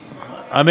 בגוף, מי יפצה?